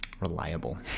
reliable